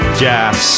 jazz